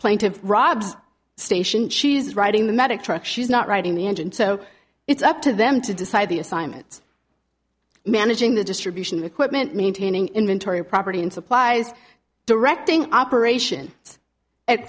plaintive robb's station she's riding the medic truck she's not writing the engine so it's up to them to decide the assignments managing the distribution of equipment maintaining inventory property and supplies directing operation